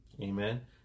Amen